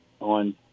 on